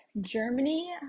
Germany